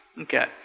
Okay